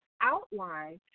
outline